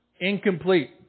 incomplete